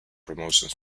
promotions